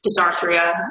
dysarthria